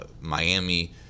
Miami